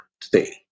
today